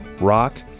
rock